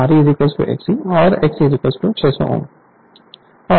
Re Xe और Rc 600 ohm हैऔर Xm दिया जाता है